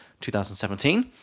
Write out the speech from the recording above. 2017